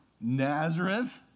Nazareth